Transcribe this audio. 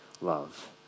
love